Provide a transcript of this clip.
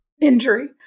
injury